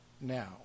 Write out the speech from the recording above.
now